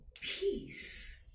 Peace